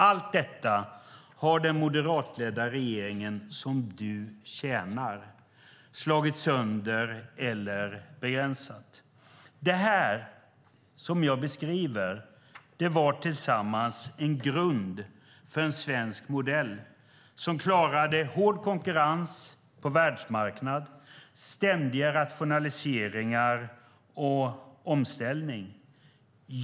Allt detta har den moderatledda regeringen, som du tjänar, slagit sönder eller begränsat. Det som jag beskriver var tillsammans en grund för en svensk modell som klarade hård konkurrens på världsmarknaden, ständiga rationaliseringar och omställning.